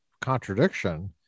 contradiction